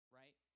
right